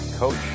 Coach